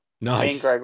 Nice